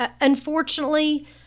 unfortunately